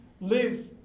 live